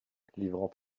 livrant